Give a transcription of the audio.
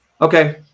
Okay